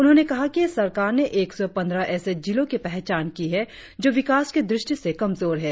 उन्होंने कहा कि सरकार ने एक सौ पंद्रह ऎसे जिलों की पहचान की है जो विकास की दृष्टि से कमजोर हैं